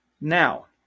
Now